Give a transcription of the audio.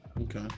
okay